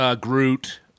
Groot